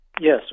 Yes